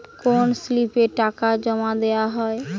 কোন স্লিপে টাকা জমাদেওয়া হয়?